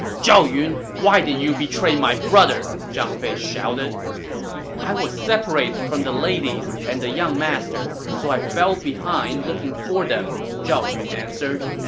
zhao yun, why did you betray my brother! zhang fei shouted i was separated from the ladies and the young master, so i fell behind looking for them, zhao yun answered.